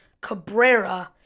Cabrera